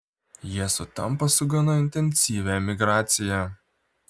jie sutampa su gana intensyvia emigracija